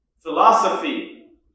Philosophy